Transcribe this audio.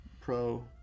Pro